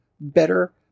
better